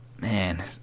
Man